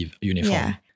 uniform